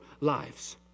lives